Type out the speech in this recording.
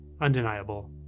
Undeniable